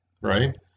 right